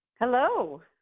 Hello